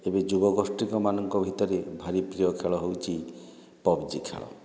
ଏବେ ଯୁବଗୋଷ୍ଠୀଙ୍କ ମାନଙ୍କ ଭିତରେ ଭାରି ପ୍ରିୟ ଖେଳ ହେଉଛି ପବ୍ଜି ଖେଳ